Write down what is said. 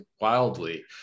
wildly